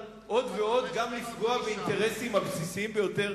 עוד ועוד גם לפגוע באינטרסים הבסיסיים ביותר,